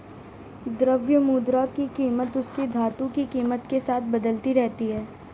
द्रव्य मुद्रा की कीमत उसकी धातु की कीमत के साथ बदलती रहती है